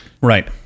Right